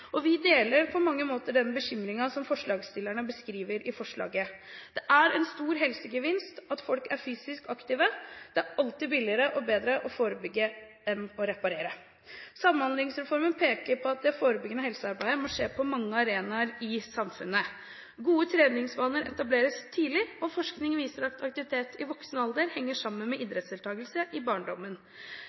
regjeringen. Vi deler på mange måter den bekymringen som forslagsstillerne beskriver i forslaget. Det er en stor helsegevinst i at folk er fysisk aktive. Det er alltid billigere og bedre å forebygge enn å reparere. Samhandlingsreformen peker på at det forebyggende helsearbeidet må skje på mange arenaer i samfunnet. Gode treningsvaner etableres tidlig, og forskning viser at aktivitet i voksen alder henger sammen med idrettsdeltakelse i barndommen.